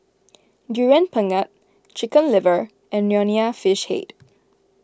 Durian Pengat Chicken Liver and Nonya Fish Head